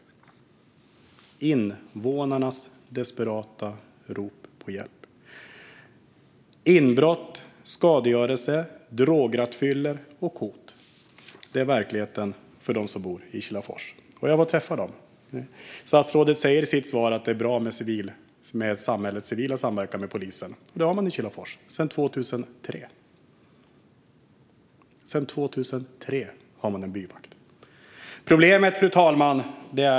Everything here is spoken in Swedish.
Man skriver alltså om invånarnas desperata rop på hjälp. Inbrott, skadegörelse, drograttfyllor och hot är verkligheten för dem som bor i Kilafors. Jag var och träffade dem. Statsrådet säger i sitt svar att det är bra med samhällets civila samverkan med polisen, och sådan har man i Kilafors sedan 2003. Sedan 2003 har man en byvakt.